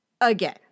Again